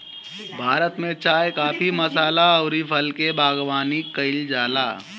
भारत में चाय, काफी, मसाला अउरी फल के बागवानी कईल जाला